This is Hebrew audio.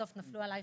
בסוף נפלו עליך